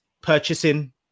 purchasing